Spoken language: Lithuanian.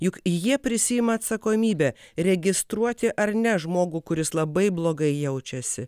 juk jie prisiima atsakomybę registruoti ar ne žmogų kuris labai blogai jaučiasi